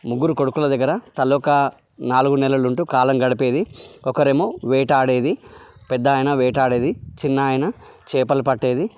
ముగ్గురు కొడుకులు దగ్గర తలొకా నాలుగు నెలలు ఉంటూ కాలం గడిపేది ఒకరేమో వేటాడేదీ పెద్దాయన వేటాడేది చిన్నాయన చేపలు పట్టేది